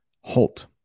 halt